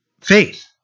faith